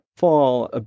fall